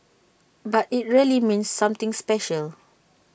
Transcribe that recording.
but IT really means something special